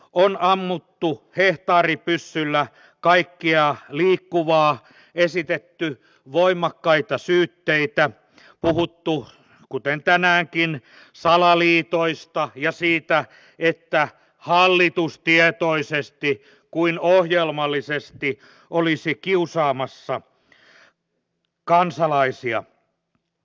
on ammuttu hehtaaripyssyllä kaikkea liikkuvaa esitetty voimakkaita syytteitä puhuttu kuten tänäänkin salaliitoista ja siitä että hallitus niin tietoisesti kuin ohjelmallisestikin olisi kiusaamassa kansalaisia